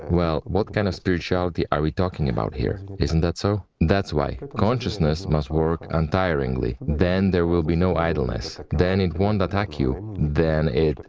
well, what kind of spirituality are we talking about here, isn't that so? that's why, consciousness must work untiringly, then there will be no idleness, then it won't attack you, then it.